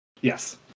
Yes